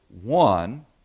one